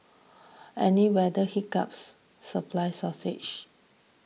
any weather hiccups supply